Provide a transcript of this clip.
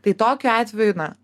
tai tokiu atveju na